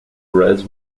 reds